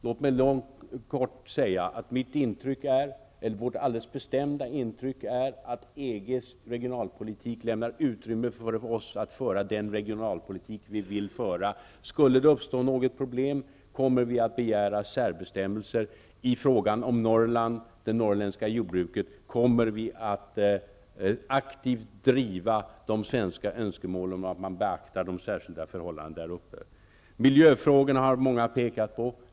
Låt mig säga att vårt alldeles bestämda intryck är att EG:s regionalpolitik lämnar utrymme för oss att föra den regionalpolitik som vi vill föra. Skulle det uppstå något problem, kommer vi att begära särbestämmelser. I fråga om det norrländska jordbruket kommer vi att aktivt driva de svenska önskemålen om att man skall beakta de särskilda förhållandena där. Miljöfrågorna har många pekat på.